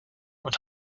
und